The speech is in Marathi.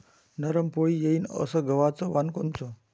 नरम पोळी येईन अस गवाचं वान कोनचं?